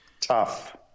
Tough